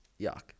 yuck